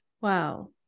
Wow